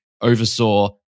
oversaw